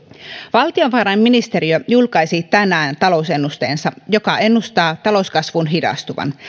valtiovarainministeriö julkaisi tänään talousennusteensa joka ennustaa talouskasvun hidastuvan